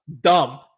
Dumb